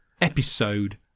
episode